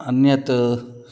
अन्यानि